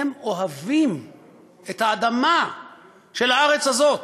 הם אוהבים את האדמה של הארץ הזאת.